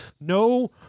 no